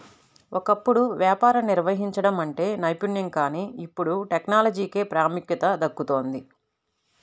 ఒకప్పుడు వ్యాపారం నిర్వహించడం అంటే నైపుణ్యం కానీ ఇప్పుడు టెక్నాలజీకే ప్రాముఖ్యత దక్కుతోంది